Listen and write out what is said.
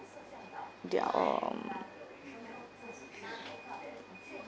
their um